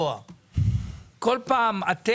שמחירי הדירות זינקו ומחירי הנדל"ן באמת